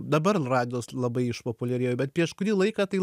dabar radvilos labai išpopuliarėjo bet prieš kurį laiką tai